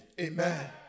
Amen